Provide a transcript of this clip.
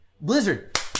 Blizzard